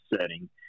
setting